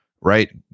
right